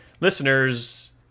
listeners